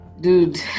Dude